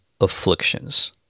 afflictions